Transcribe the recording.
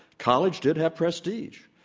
college did have prestige.